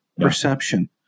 perception